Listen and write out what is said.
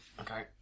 Okay